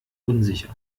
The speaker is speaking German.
unsicher